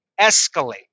escalate